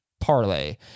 parlay